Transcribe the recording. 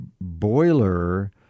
boiler